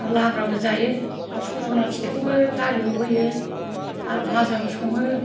लाब्राबो जायो आरो सजना फिथायखौबो दालियाव होयो आरो भाजाबो सङो